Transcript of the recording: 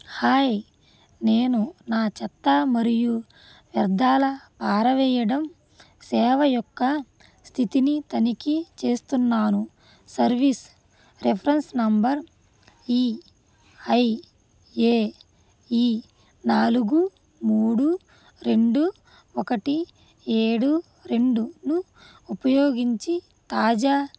hi నేను నా చెత్త మరియు వ్యర్థాల పారవేయడం సేవ యొక్క స్థితిని తనిఖీ చేస్తున్నాను service reference number E I A E నాలుగు మూడు రెండు ఒకటి ఏడు రెండును ఉపయోగించి తాజా